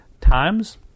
times